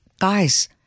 Guys